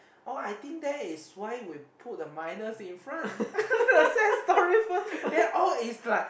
oh I think that is why we put the minus in front sad story first then all is like